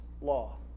law